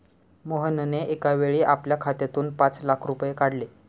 मोहनने एकावेळी आपल्या खात्यातून पाच लाख रुपये काढले